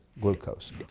glucose